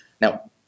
Now